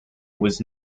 was